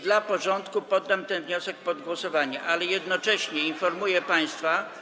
Dla porządku poddam ten wniosek pod głosowanie, ale jednocześnie informuję państwa.